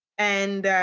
and